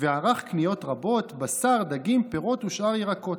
וערך קניות רבות, בשר, דגים, פירות ושאר ירקות,